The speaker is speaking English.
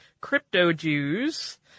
Crypto-Jews